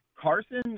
Carson